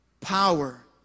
power